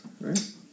right